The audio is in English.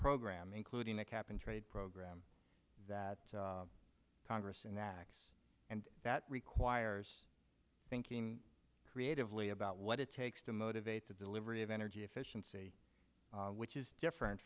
program including a cap and trade program that congress enacts and that requires thinking creatively about what it takes to motivate the delivery of energy efficiency which is different